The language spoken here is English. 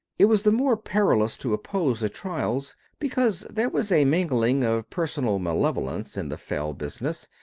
it was the more perilous to oppose the trials because there was a mingling of personal malevolence in the fell business,